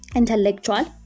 intellectual